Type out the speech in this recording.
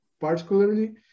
particularly